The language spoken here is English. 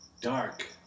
dark